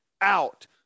out